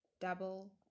Double